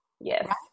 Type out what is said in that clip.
Yes